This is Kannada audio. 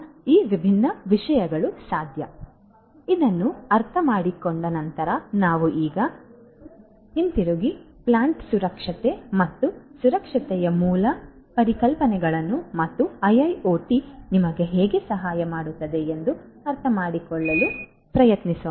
ಆದ್ದರಿಂದ ಇದನ್ನು ಅರ್ಥಮಾಡಿಕೊಂಡ ನಂತರ ನಾವು ಈಗ ಹಿಂತಿರುಗಿ ಪ್ಲಾಂಟ್ ಸುರಕ್ಷತೆ ಮತ್ತು ಸುರಕ್ಷತೆಯ ಮೂಲ ಪರಿಕಲ್ಪನೆಗಳನ್ನು ಮತ್ತು IIoT ನಮಗೆ ಹೇಗೆ ಸಹಾಯ ಮಾಡುತ್ತದೆ ಎಂದು ಅರ್ಥಮಾಡಿಕೊಳ್ಳಲು ಪ್ರಯತ್ನಿಸೋಣ